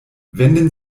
wenden